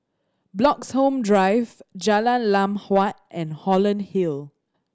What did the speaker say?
Bloxhome Drive Jalan Lam Huat and Holland Hill